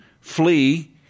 flee